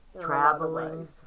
Traveling